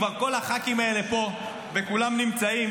אם כבר כל הח"כים האלה פה וכולם נמצאים,